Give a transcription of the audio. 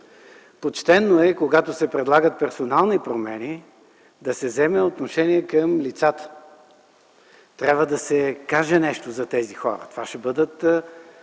Почтено е, когато се предлагат персонални промени, да се вземе отношение към лицата. Трябва да се каже нещо за тези хора. Това ще бъдат